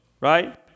right